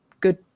good